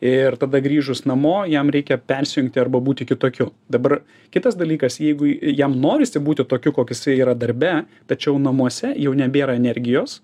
ir tada grįžus namo jam reikia persijungti arba būti kitokiu dabar kitas dalykas jeigu jam norisi būti tokiu koksai tai yra darbe tačiau namuose jau nebėra energijos